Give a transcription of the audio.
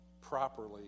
properly